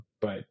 but-